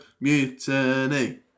Mutiny